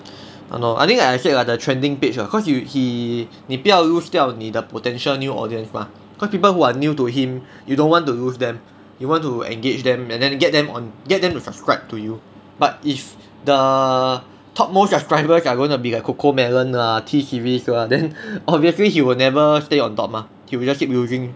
!hannor! I think like I said the trending page lah because you he 你不要 lose 掉你的 potential new audience mah because people who are new to him you don't want to lose them you want to engage them and then get them on get them to subscribe to you but if the top most subscribers are going to be like Cocomelon ah T series lah then obviously he will never stay on top mah he will just keep losing